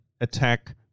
attack